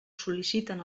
sol·liciten